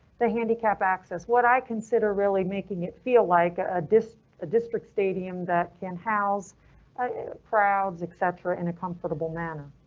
the handicap access. what i consider really making it feel like a disc district stadium that can house crowds, etc in a comfortable manner.